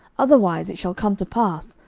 otherwise it shall come to pass,